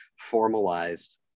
formalized